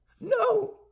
no